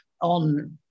on